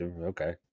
okay